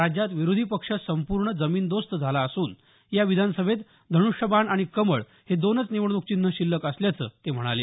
राज्यात विरोधी पक्ष संपूर्ण जमीनदोस्त झाला असून या विधानसभेत धनुष्यबाण आणि कमळ हे दोनच निवडणूक चिन्ह शिल्लक असल्याचं ते म्हणाले